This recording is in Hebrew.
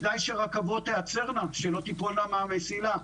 כדאי שרכבות תיעצרנה שלא תיפולנה מהמסילה,